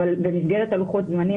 אבל במסגרת לוחות הזמנים,